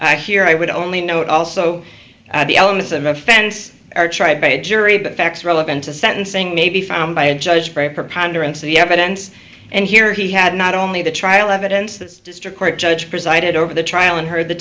here i would only note also that the elements of offense are tried by a jury but facts relevant to sentencing may be found by a judge for a preponderance of the evidence and here he had not only the trial evidence the district court judge presided over the trial and heard the